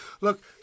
look